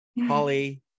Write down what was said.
Holly